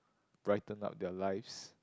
brighten up their lives